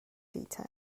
detail